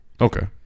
Okay